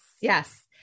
Yes